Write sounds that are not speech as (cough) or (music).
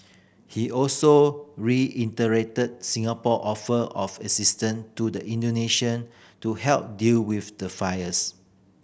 he also (unintelligible) Singapore offer of assistance to the Indonesian to help deal with the fires